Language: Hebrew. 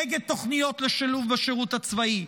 נגד תוכניות לשילוב בשירות הצבאי,